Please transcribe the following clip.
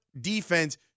defense